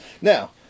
Now